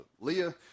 Leah